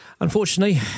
Unfortunately